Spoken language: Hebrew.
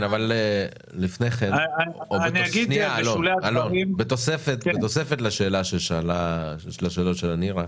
2017. בנוסף לשאלות של נירה,